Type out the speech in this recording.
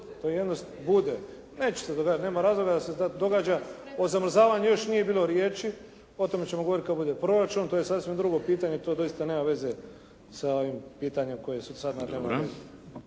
se ne razumije./… Neće se događati, nema razloga da se događa. O zamrzavanju još nije bilo riječi, o tome ćemo govoriti kad bude proračun. To je sasvim drugo pitanje, to doista nema veze sa ovim pitanjem koje je sada na